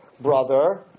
brother